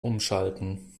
umschalten